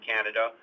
Canada